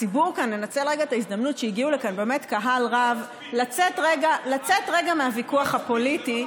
ננצל את ההזדמנות שהגיע לכאן קהל רב לצאת רגע מהוויכוח הפוליטי,